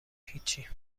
هیچی